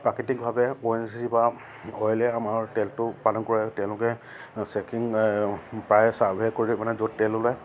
প্ৰাকৃতিকভাৱে O N G C বা অইলে আমাৰ তেলটো উৎপাদন কৰে তেওঁলোকে চেকিং প্ৰায় চাৰ্ভে কৰি মানে য'ত তেল ওলায়